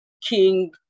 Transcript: King